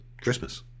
Christmas